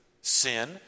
sin